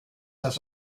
das